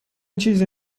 چیزی